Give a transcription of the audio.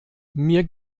mir